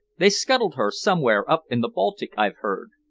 they scuttled her somewhere up in the baltic, i've heard.